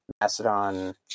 Macedon